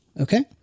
Okay